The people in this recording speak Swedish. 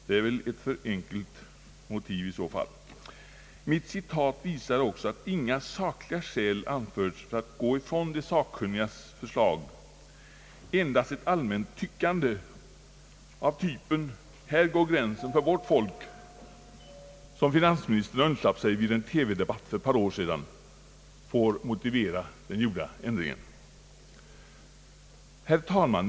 Det är väl ett för enkelt motiv i så fall. Mitt citat visar också att inga sakliga skäl anförts för att gå ifrån de sakkunnigas förslag. Endast ett allmänt tyckande av typen »här går gränsen för vårt folk», som finansministern undslapp sig vid en TV-debatt för ett par år sedan, får motivera ändringen. Herr talman!